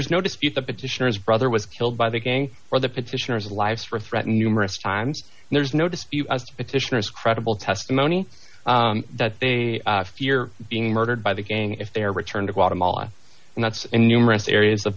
is no dispute the petitioners brother was killed by the gang or the petitioners lives for threatened numerous times and there's no dispute as petitioners credible testimony that they fear being murdered by the gang if they are returned to guatemala and that's in numerous areas of